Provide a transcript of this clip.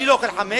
אני לא אוכל חמץ,